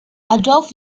adolf